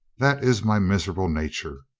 that is my miserable nature.